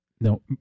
No